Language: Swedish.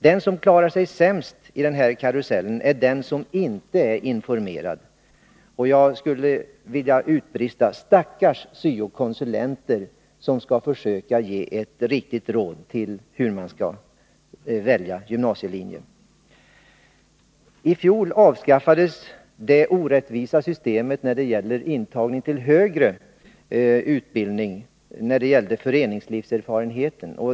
Den som klarar sig sämst i den här karusellen är den som inte är informerad. Man vill utbrista: Stackars syo-konsulenter, som skall försöka ge eleverna ett riktigt råd om hur de skall välja gymnasielinje! I fjol avskaffades det orättvisa systemet när det gällde föreningslivserfarenhet vid intagningen till högre utbildning.